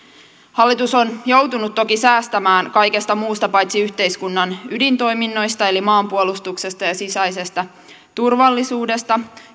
hallitus on joutunut toki säästämään kaikesta muusta paitsi yhteiskunnan ydintoiminnoista eli maanpuolustuksesta ja sisäisestä turvallisuudesta